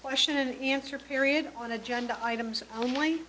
question and answer period on agenda items only